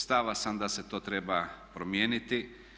Stava sam da se to treba promijeniti.